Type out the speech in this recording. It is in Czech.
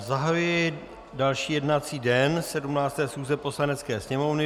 Zahajuji další jednací den 17. schůze Poslanecké sněmovny.